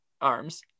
arms